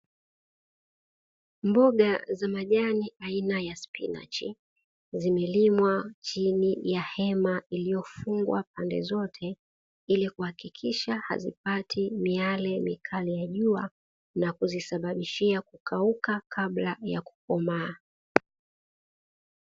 Mboga za majani aina ya spinachi zimelimwa chini ya hema iliyofungwa pande zote ili kuhakikisha hazipati miale mikali ya jua, na kuzisababishia kukauka kabla ya kukomaa.